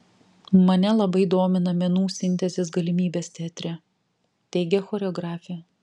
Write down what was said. mane labai domina menų sintezės galimybės teatre teigia choreografė